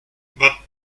but